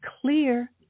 clear